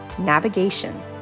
Navigation